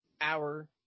hour